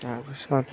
তাৰপিছত